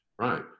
Right